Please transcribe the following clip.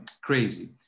crazy